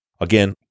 Again